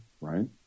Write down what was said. right